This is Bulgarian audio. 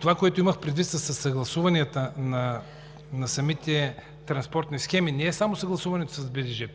Това, което имах предвид със съгласуванията на самите транспортни схеми, не е само съгласуването с БДЖ.